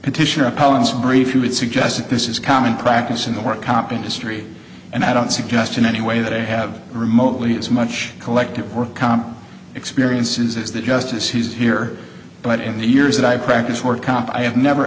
petitioner palin's brief you would suggest that this is common practice in the work comp industry and i don't suggest in any way that i have remotely as much collective or calm experiences as the justice he's here but in the years that i practice work comp i have never